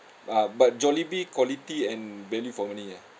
ah but jollibee quality and value for money ya